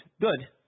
good